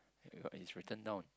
you got it's written down